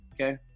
okay